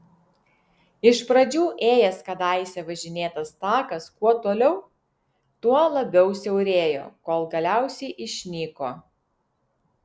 iš pradžių ėjęs kadaise važinėtas takas kuo toliau tuo labiau siaurėjo kol galiausiai išnyko